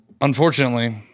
unfortunately